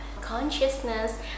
consciousness